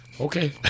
Okay